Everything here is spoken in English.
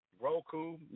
Roku